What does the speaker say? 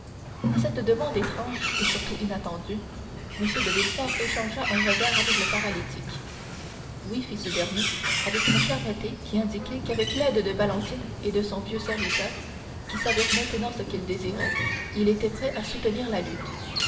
à cette demande étrange et surtout inattendue m de villefort échangea un regard avec le paralytique oui fit ce dernier avec une fermeté qui indiquait qu'avec l'aide de valentine et de son vieux serviteur qui savait maintenant ce qu'il désirait il était prêt à soutenir la lutte